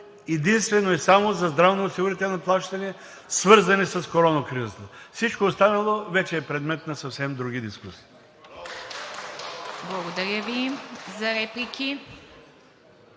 единствено и само за здравноосигурителни плащания, свързани с корона кризата. Всичко останало вече е предмет на съвсем други дискусии.